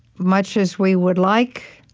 much as we would like